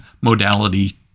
modality